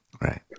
right